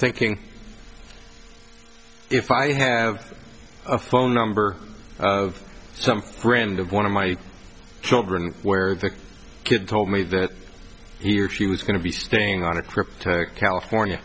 thinking if i have a phone number of some friend of one of my children where the kid told me that he or she was going to be staying on a trip to california